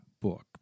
book